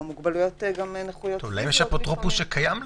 לפעמים גם נכויות פיזיות --- יש להם אפוטרופוס שמלווה